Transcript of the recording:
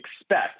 expect